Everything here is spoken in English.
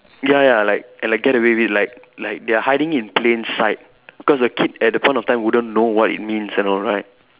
ya ya like and like get away with it like like they are hiding in plain sight cause the kid at the point of time wouldn't know what it means and all right